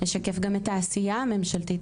לשקף גם את העשייה הממשלתית,